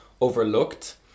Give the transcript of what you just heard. overlooked